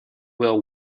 will